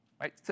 Right